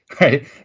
right